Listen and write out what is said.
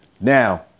Now